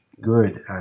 good